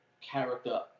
character